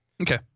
Okay